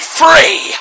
free